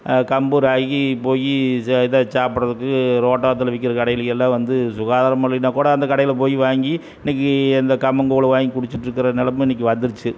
கம்பு ராகி போய் இதை சாப்பிடுறதுக்கு ரோட்டோரத்தில் விற்கிற கடைகளுக்கு எல்லாம் வந்து சுகாதாரமாக இல்லைனா கூட அந்த கடையில் போய் வாங்கி இன்றைக்கி அந்த கம்பங்கூழ் வாங்கி குடிச்சுட்ருக்குற நிலமை இன்றைக்கி வந்திருச்சு